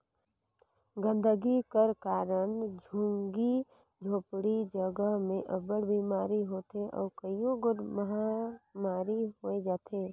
गंदगी कर कारन झुग्गी झोपड़ी जगहा में अब्बड़ बिमारी होथे अउ कइयो गोट महमारी होए जाथे